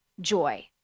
joy